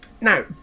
Now